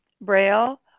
braille